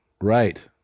Right